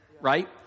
right